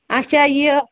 اَچھا یہِ